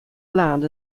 land